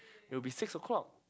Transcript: it will be six o-clock